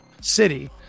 city